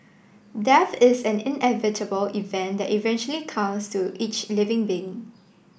death is an inevitable event that eventually comes to each living being